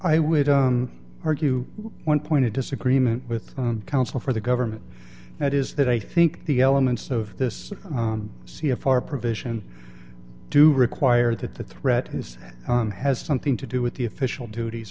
i would argue one point of disagreement with counsel for the government that is that i think the elements of this c f r provision do require that the threat is has something to do with the official duties